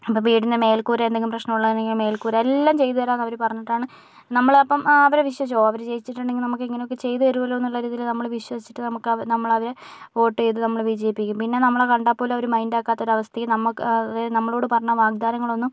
ഇപ്പം വീടിനു മേൽക്കൂര എന്തെങ്കിലും പ്രശ്നം ഉള്ളതാണെങ്കിൽ മേൽക്കൂര എല്ലാം ചെയ്തു താരാന്നവര് പറഞ്ഞിട്ടാണ് നമ്മളപ്പം അവരെ വിശ്വസിച്ച് പോവും അവര് ജയിച്ചിട്ടുണ്ടെങ്കി നമുക്ക് ഇങ്ങനൊക്കെ ചെയ്തു തരുല്ലോ എന്നുള്ളൊരിതില് നമ്മള് വിശ്വസിച്ചിട്ട് നമ്മക്ക് നമ്മളവരെ വോട്ട് ചെയ്ത് നമ്മള് വിജയിപ്പിക്കും പിന്നെ നമ്മളെ കണ്ടാപ്പോലും അവര് മൈൻഡാക്കാത്ത അവസ്ഥയും നമ്മക്ക് നമ്മളോട് പറഞ്ഞ വാഗ്ദാനങ്ങളൊന്നും